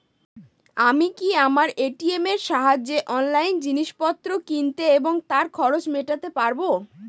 আমি কি আমার এ.টি.এম এর সাহায্যে অনলাইন জিনিসপত্র কিনতে এবং তার খরচ মেটাতে পারব?